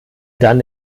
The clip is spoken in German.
dann